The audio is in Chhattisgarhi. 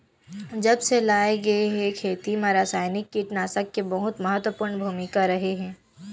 जब से लाए गए हे, खेती मा रासायनिक कीटनाशक के बहुत महत्वपूर्ण भूमिका रहे हे